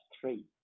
three